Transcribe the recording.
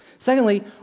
Secondly